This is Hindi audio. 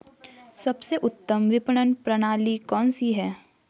सबसे उत्तम विपणन प्रणाली कौन सी है?